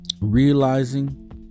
realizing